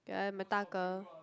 ya and my 大哥